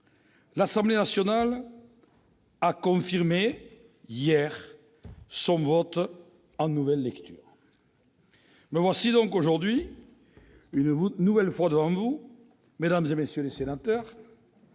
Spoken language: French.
L'Assemblée nationale a confirmé hier son vote, en nouvelle lecture. Me voici donc aujourd'hui, une nouvelle fois, devant vous à l'occasion de l'examen